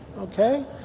Okay